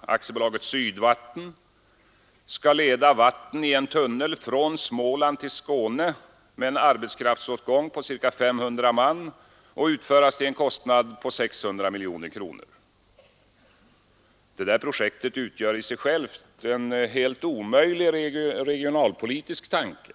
AB Sydvatten, skall leda vatten i en tunnel från Småland till Skåne med en arbetskraftsåtgång på ca 500 man och utföras till en kostnad på 600 miljoner kronor. Detta projekt utgör i sig självt en helt omöjlig regionalpolitisk tanke.